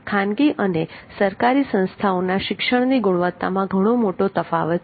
સરકારી અને ખાનગી સંસ્થાઓના શિક્ષણની ગુણવત્તામાં ઘણો મોટો તફાવત છે